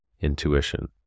intuition